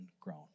grown